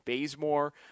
Bazemore